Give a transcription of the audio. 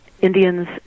Indians